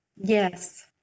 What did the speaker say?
yes